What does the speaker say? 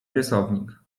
rysownik